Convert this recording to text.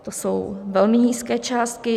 To jsou velmi nízké částky.